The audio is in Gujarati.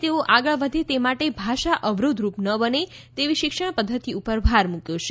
તેઓ આગળ વધે તે માટે ભાષા અવરોધ રૂપ ન બને તેવી શિક્ષણ પદ્ધતિ ઉપર ભાર મુક્યો છે